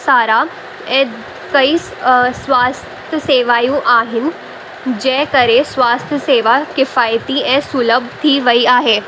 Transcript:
सारा ऐं कई स्वास्थ सेवायूं आहिनि जंहिं करे स्वास्थ सेवा किफ़ायती ऐं सुलभ थी वई आहे